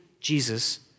Jesus